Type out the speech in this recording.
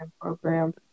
Program